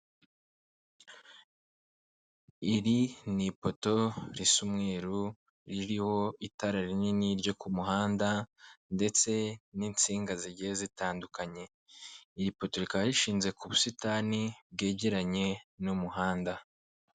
Iri ni ipoto risa umweru ririho itara rinini ryo ku muhanda ndetse n'insinga zigiye zitandukanye, iri poto rikaba rishinze ku busitani bwegeranye n'umuhanda.